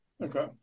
Okay